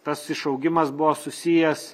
tas išaugimas buvo susijęs